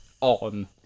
on